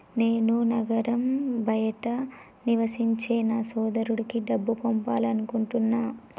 నేను నగరం బయట నివసించే నా సోదరుడికి డబ్బు పంపాలనుకుంటున్నా